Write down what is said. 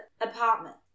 apartment